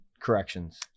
corrections